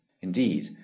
Indeed